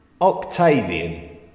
Octavian